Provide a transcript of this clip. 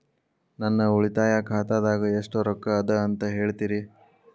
ನನ್ನ ಉಳಿತಾಯ ಖಾತಾದಾಗ ಎಷ್ಟ ರೊಕ್ಕ ಅದ ಅಂತ ಹೇಳ್ತೇರಿ?